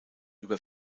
über